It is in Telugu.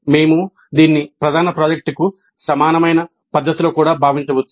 మేము దీన్ని ప్రధాన ప్రాజెక్టుకు సమానమైన పద్ధతిలో కూడా భావించవచ్చు